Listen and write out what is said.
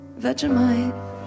Vegemite